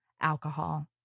alcohol